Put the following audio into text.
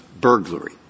burglary